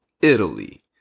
Italy